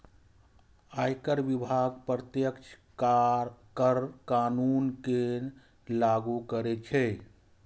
आयकर विभाग प्रत्यक्ष कर कानून कें लागू करै छै